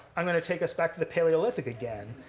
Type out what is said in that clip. i'm going to take us back to the paloelithic again.